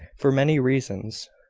for many reasons.